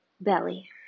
Belly